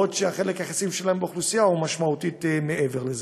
בעוד החלק היחסי שלהן באוכלוסייה הוא משמעותית מעבר לזה.